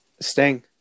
Sting